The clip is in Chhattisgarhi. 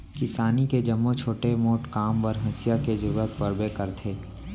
किसानी के जम्मो छोट मोट काम बर हँसिया के जरूरत परबे करथे